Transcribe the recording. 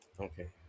Okay